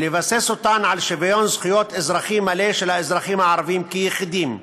ולבסס אותן על שוויון זכויות אזרחי מלא של האזרחים הערבים כיחידים.